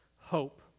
hope